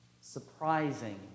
surprising